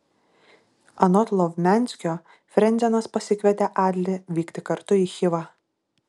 anot lovmianskio frentzenas pasikvietė adlį vykti kartu į chivą